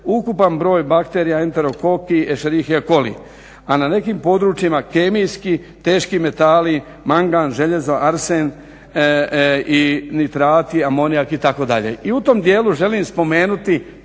ukupan broj bakterija … /Govornik se ne razumije./… , a na nekim područjima kemijski, teški metali mangan, željezo, arsen i nitrati, amonijak itd. I u tom dijelu želim spomenuti